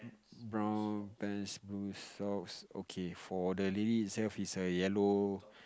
brown pants blue socks okay for the lily itself is a yellow